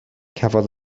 cafodd